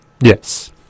Yes